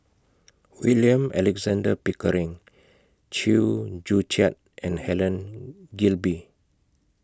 William Alexander Pickering Chew Joo Chiat and Helen Gilbey